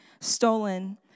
stolen